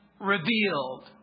revealed